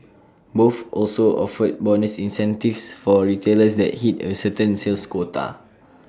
both also offered bonus incentives for retailers that hit A certain sales quota